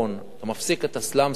אתה מפסיק את הסלאמס הזה,